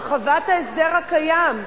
הרחבת ההסדר הקיים,